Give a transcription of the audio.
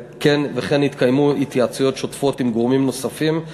וכן התקיימו התייעצויות שוטפות עם גורמים נוספים,